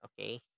okay